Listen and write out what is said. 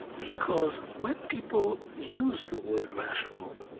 because when people use the word rational,